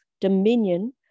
dominion